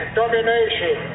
domination